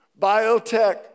Biotech